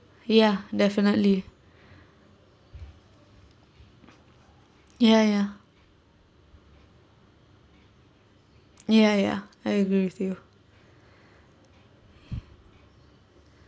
ya definitely ya ya ya ya I agree with you